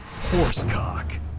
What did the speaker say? Horsecock